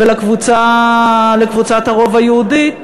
לקבוצת הרוב היהודי,